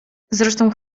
zresztą